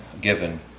given